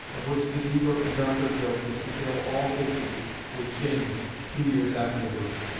of which the deeper and darker guilt was to fill all faces with shame two years afterwards.